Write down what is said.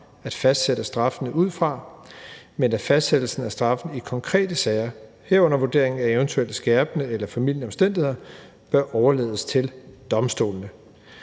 at fastsætte straffene ud fra, men at fastsættelsen af straffen i konkrete sager – herunder vurderingen af eventuelle skærpende eller formildende omstændigheder – bør overlades til domstolene.«